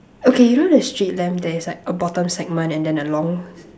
okay you know the street lamp there is like a bottom segment and then a long